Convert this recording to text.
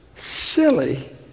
Silly